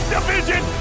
Division